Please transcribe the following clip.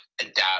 adapt